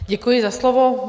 Děkuji za slovo.